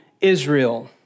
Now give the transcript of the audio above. Israel